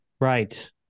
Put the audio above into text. Right